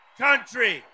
country